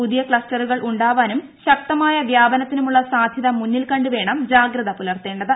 പുതിയ ക്ലസ്റ്ററുകൾ ഉണ്ടാവാനും ശക്തമായ വ്യാപനത്തിനുമുള്ള സാധ്യത മുന്നിൽ കണ്ട് വേണം ജാഗ്രത പുലർത്തേണ്ടത്